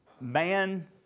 Man